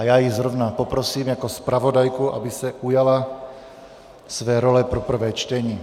Já ji zrovna poprosím jako zpravodajku, aby se ujala své role pro prvé čtení.